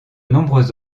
nombreux